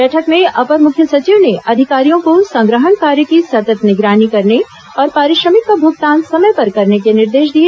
बैठक में अपर मुख्य सचिव ने अधिकारियों को संग्रहण कार्य की सतत निगरानी करने और पारिश्रमिक का भुगतान समय पर करने के निर्देश दिए